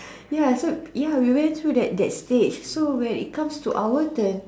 ya so ya we went through that that stage so when it comes to our turn